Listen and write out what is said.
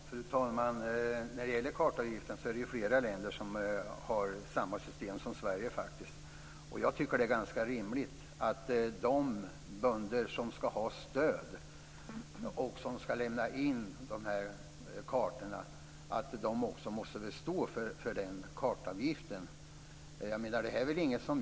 Fru talman! När det gäller kartavgiften är det flera länder som har samma system som Sverige. Jag tycker att det är ganska rimligt att de bönder som ska ha stöd och som ska lämna in kartorna också står för den kartavgiften.